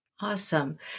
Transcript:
Awesome